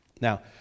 Now